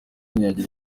ntiyagira